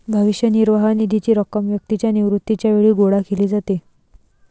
भविष्य निर्वाह निधीची रक्कम व्यक्तीच्या निवृत्तीच्या वेळी गोळा केली जाते